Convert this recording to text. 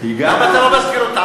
למה אתה לא מזכיר אותן?